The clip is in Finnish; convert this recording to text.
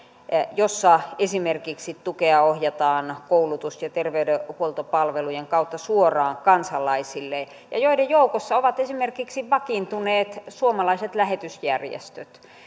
jossa esimerkiksi tukea ohjataan koulutus ja terveydenhuoltopalvelujen kautta suoraan kansalaisille ja niiden joukossa ovat esimerkiksi vakiintuneet suomalaiset lähetysjärjestöt